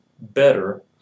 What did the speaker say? better